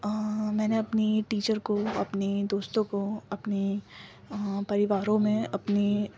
میں نے اپنی ٹیچر کو اپنی دوستوں کو اپنی پریواروں میں اپنی